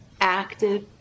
active